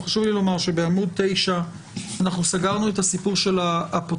אבל חשוב לי לומר שבעמוד 9 אנחנו סגרנו את הסיפור של האפוטרופסות.